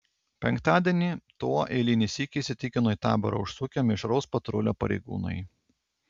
penktadienį tuo eilinį sykį įsitikino į taborą užsukę mišraus patrulio pareigūnai